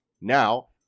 now